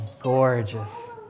gorgeous